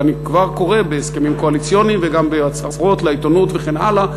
ואני כבר קורא בהסכמים קואליציוניים וגם בהצהרות לעיתונות וכן הלאה,